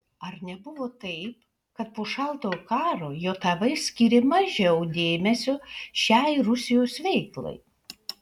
ar nebuvo taip kad po šaltojo karo jav skyrė mažiau dėmesio šiai rusijos veiklai